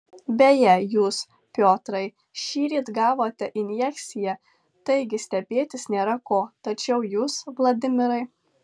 beje jūs piotrai šįryt gavote injekciją taigi stebėtis nėra ko tačiau jūs vladimirai